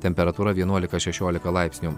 temperatūra vienuolika šešiolika laipsnių